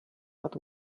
but